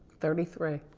thirty three,